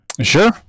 Sure